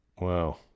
Wow